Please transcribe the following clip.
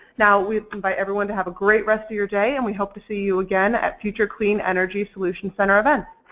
now we invite everyone to have a great rest of your day and we hope to see you again at future clean energy solution center events.